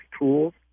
tools